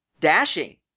dashing